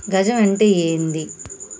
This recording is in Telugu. గజం అంటే ఏంది?